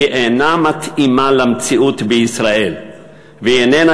והיא אינה מתאימה למציאות בישראל והיא איננה